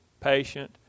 patient